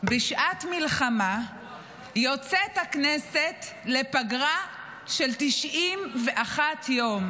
בשעת מלחמה יוצאת הכנסת לפגרה של 91 יום.